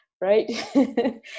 right